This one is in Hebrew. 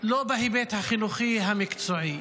לא בהיבט החינוכי המקצועי,